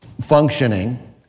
functioning